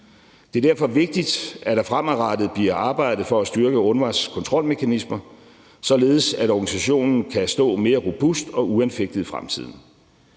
Det er derfor vigtigt, at der fremadrettet bliver arbejdet for at styrke UNRWA's kontrolmekanismer, således at organisationen kan stå mere robust og uanfægtet i fremtiden.